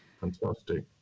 fantastic